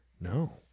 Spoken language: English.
No